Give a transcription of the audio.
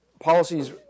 policies